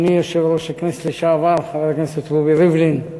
אדוני יושב-ראש הכנסת לשעבר חבר הכנסת רובי ריבלין,